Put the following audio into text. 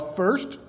first